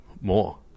more